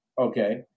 okay